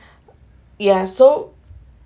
ya so